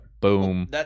boom